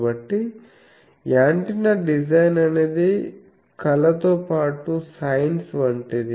కాబట్టి antenna design అనేది కళ తో పాటు సైన్స్ వంటిది